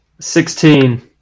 Sixteen